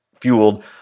fueled